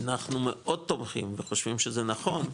אנחנו מאוד תומכים וחושבים שזה נכון,